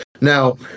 Now